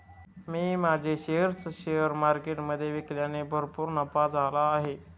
मी माझे shares share मार्केटमधे विकल्याने भरपूर नफा झाला आहे